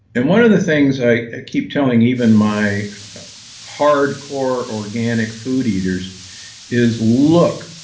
and one of the things i keep telling even my hard-core organic food eaters is look,